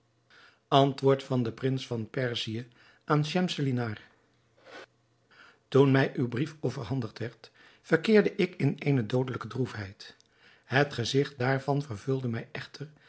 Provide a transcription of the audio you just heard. antwoord van den prins van perzië aan schemselnihar toen mij uw brief overhandigd werd verkeerde ik in eene doodelijke droefheid het gezigt daarvan vervulde mij echter